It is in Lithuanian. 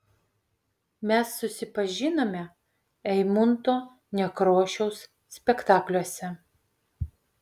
mes susipažinome eimunto nekrošiaus spektakliuose